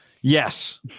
Yes